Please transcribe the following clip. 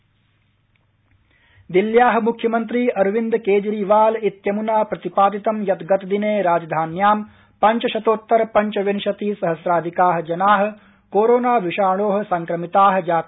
दिल्ली दिल्ल्या मुख्यमन्त्री अरविन्द केजरीवाल इत्यमुना प्रतिपादितं यत् गतदिने राजधान्यां पंचशतोत्तर पंचविंशति सहस्राधिका जना कोरोना विषाणो संक्रमिता जाता